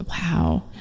Wow